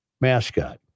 mascot